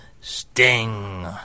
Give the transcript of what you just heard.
Sting